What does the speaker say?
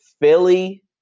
Philly